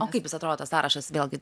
o kaip jis atrodo tas sąrašas vėlgi